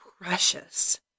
precious